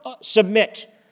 submit